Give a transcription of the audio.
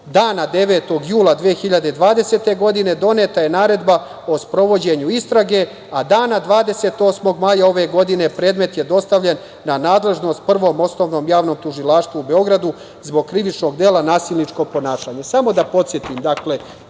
dana 9. jula 2020. godine doneta je naredba o sprovođenju istrage, a dana 28. maja ove godine predmet je dostavljen na nadležnost Prvom osnovnom javnom tužilaštvu u Beogradu zbog krivičnog dela - nasilničko ponašanje. Samo